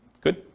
Good